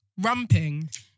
Rumping